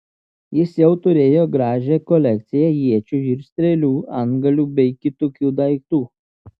jis jau turėjo gražią kolekciją iečių ir strėlių antgalių bei kitokių daiktų